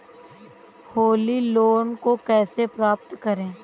Holi loan को कैसे प्राप्त करें?